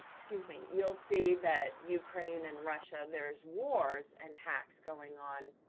excuse me, you'll see that ukraine and russia, there's wars and hacks going on.